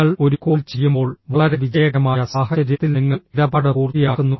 നിങ്ങൾ ഒരു കോൾ ചെയ്യുമ്പോൾ വളരെ വിജയകരമായ സാഹചര്യത്തിൽ നിങ്ങൾ ഇടപാട് പൂർത്തിയാക്കുന്നു